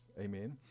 Amen